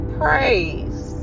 praise